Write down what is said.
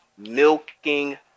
milking